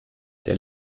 der